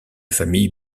famille